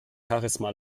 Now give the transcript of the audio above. charisma